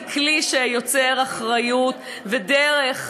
היא כלי שיוצר אחריות ודרך,